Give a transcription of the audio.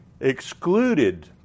Excluded